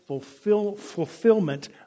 fulfillment